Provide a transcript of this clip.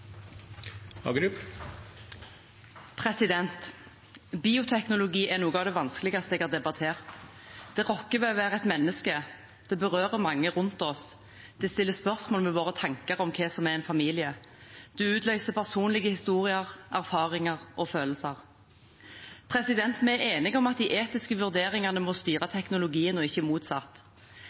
noe av det vanskeligste jeg har debattert. Det rokker ved det å være et menneske. Det berører mange rundt oss. Det stiller spørsmål ved våre tanker om hva som er en familie. Det utløser personlige historier, erfaringer og følelser. Vi er enige om at de etiske vurderingene må styre teknologien og ikke motsatt.